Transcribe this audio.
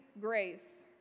grace